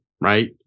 right